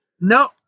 No